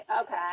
Okay